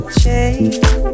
change